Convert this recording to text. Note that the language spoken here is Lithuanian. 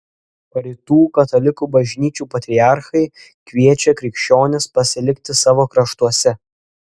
rytų katalikų bažnyčių patriarchai kviečia krikščionis pasilikti savo kraštuose